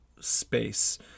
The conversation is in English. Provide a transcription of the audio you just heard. space